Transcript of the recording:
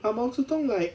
but 毛泽东 like